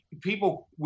people